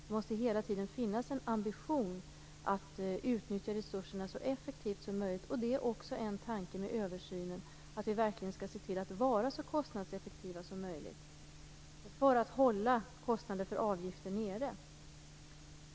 Det måste hela tiden finnas en ambition att utnyttja resurserna så effektivt som möjligt. Det är också en tanke med översynen. Vi skall se till att vara så kostnadseffektiva som möjligt för att hålla kostnader för avgifter nere.